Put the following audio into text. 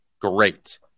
great